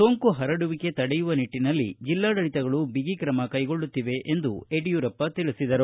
ಸೋಂಕು ಪರಡುವಿಕೆ ತಡೆಯುವ ನಿಟ್ಟಿನಲ್ಲಿ ಜಿಲ್ಲಾಡಳಿತಗಳು ಬಿಗ್ರಿಕ್ರಮ ಕೈಗೊಳ್ಳುತ್ತಿವೆ ಎಂದು ಯಡಿಯೂರಪ್ಪ ತಿಳಿಸಿದರು